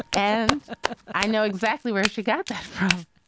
and i know exactly where she got that